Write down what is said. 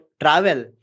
travel